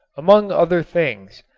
among other things,